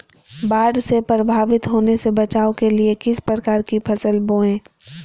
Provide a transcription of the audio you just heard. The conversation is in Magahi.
बाढ़ से प्रभावित होने से बचाव के लिए किस प्रकार की फसल बोए?